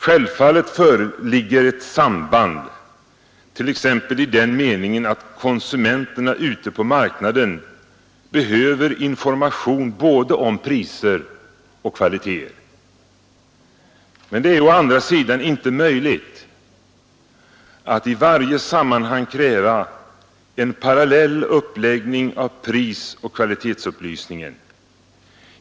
Självfallet föreligger ett samband t.ex. i den meningen att konsumenterna ute på marknaden behöver information om både priser och kvaliteter. Men det är å andra sidan inte möjligt att i varje sammanhang kräva en parallell uppläggning av prisoch kvalitetsupplysningen.